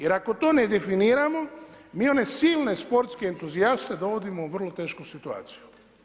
Jer ako to ne definiramo mi one silne sportske entuzijaste dovodimo u vrlo tešku situaciju.